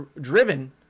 driven